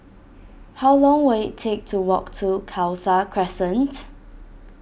how long will it take to walk to Khalsa Crescent